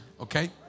okay